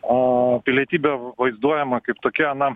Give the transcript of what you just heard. a pilietybė vaizduojama kaip tokia na